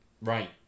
Right